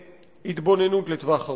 בהתבוננות לטווח ארוך.